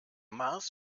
mars